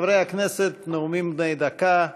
חברי הכנסת, נאומים בני דקה.